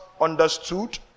understood